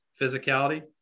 physicality